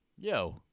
Yo